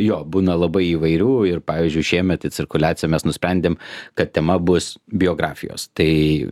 jo būna labai įvairių ir pavyzdžiui šiemet į cirkuliaciją mes nusprendėm kad tema bus biografijos tai